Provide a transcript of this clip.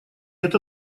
это